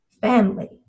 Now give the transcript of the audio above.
family